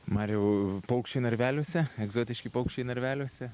mariau paukščiai narveliuose egzotiški paukščiai narveliuose